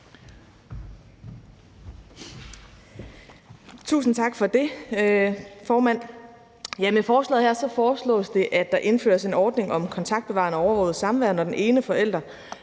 Tusind tak for det, formand. Med forslaget her foreslås det, at der indføres en ordning om kontaktbevarende overvåget samvær, når den ene forælder